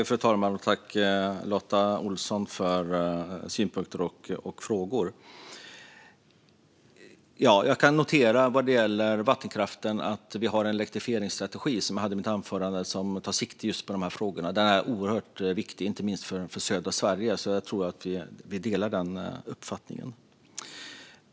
Fru talman! Tack, Lotta Olsson, för synpunkter och frågor! Vad gäller vattenkraften kan jag notera att vi har en elektrifieringsstrategi, som jag nämnde i mitt anförande, som tar sikte på just de här frågorna. Den är oerhört viktig inte minst för södra Sverige. Jag tror att vi delar den uppfattningen.